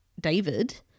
David